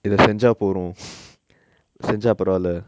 இத செஞ்சா போரு:itha senja poru செஞ்சா பரவால:senja paravala